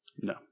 No